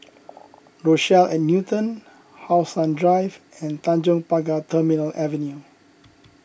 Rochelle at Newton How Sun Drive and Tanjong Pagar Terminal Avenue